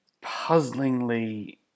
puzzlingly